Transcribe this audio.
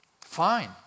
Fine